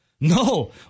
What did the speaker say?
No